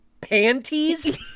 Panties